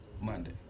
Monday